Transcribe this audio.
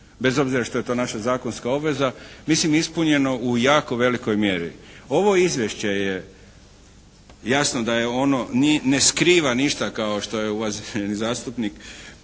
bez obzira što je to naša zakonska obveza, mislim ispunjeno u jako velikoj mjeri. Ovo izvješće je jasno da je ono, ne skriva ništa kao što je uvaženi zastupnik